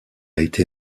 été